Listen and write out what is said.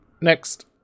Next